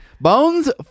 Bones